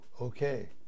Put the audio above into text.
okay